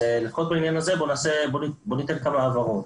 אז, לפחות בעניין הזה, ניתן כמה הבהרות.